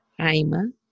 Aima